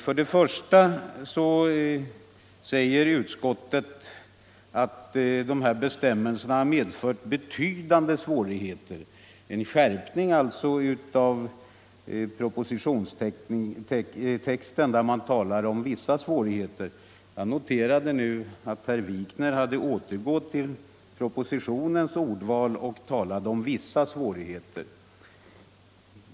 Till att börja med säger utskottet att den här bestämmelsen har medfört betydande svårigheter — en skärpning alltså av propositionstexten, där det talas om vissa svårigheter. Jag noterade nu att herr Wikner hade återgått till propositionens ordval och talade om vissa svårigheter.